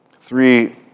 three